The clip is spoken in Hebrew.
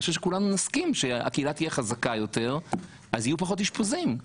אני חושב שכולנו נסכים שאם הקהילה תהיה חזקה יותר יהיו פחות אשפוזים.